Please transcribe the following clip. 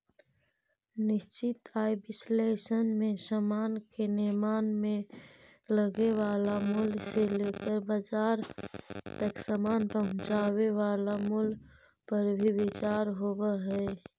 निश्चित आय विश्लेषण में समान के निर्माण में लगे वाला मूल्य से लेके बाजार तक समान पहुंचावे वाला मूल्य पर भी विचार होवऽ हई